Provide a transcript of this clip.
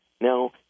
Now